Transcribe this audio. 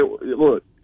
look